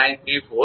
68 5